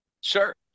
Sure